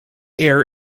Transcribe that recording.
air